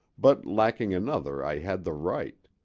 but lacking another i had the right.